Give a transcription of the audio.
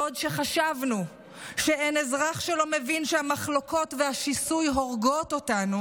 בעוד שחשבנו שאין אזרח שלא מבין שהמחלוקות והשיסוי הורגים אותנו,